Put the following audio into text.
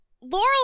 Laurel